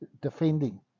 defending